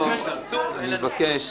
אני מבקש.